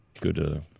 Good